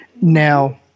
Now